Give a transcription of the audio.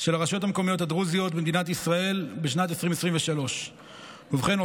של הרשויות המקומיות הדרוזיות במדינת ישראל בשנת 2023. ובכן,